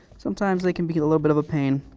sometimes they can be a little bit of a pain.